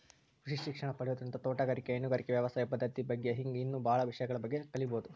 ಕೃಷಿ ಶಿಕ್ಷಣ ಪಡಿಯೋದ್ರಿಂದ ತೋಟಗಾರಿಕೆ, ಹೈನುಗಾರಿಕೆ, ವ್ಯವಸಾಯ ಪದ್ದತಿ ಬಗ್ಗೆ ಹಿಂಗ್ ಇನ್ನೂ ಬಾಳ ವಿಷಯಗಳ ಬಗ್ಗೆ ಕಲೇಬೋದು